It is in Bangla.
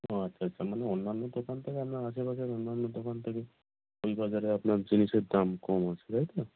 ও আচ্ছা আচ্ছা মানে অন্যান্য দোকান থেকে আপনার আশেপাশের অন্যান্য দোকান থেকে ওই বাজারে আপনার জিনিসের দাম কম আছে তাই তো